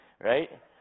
right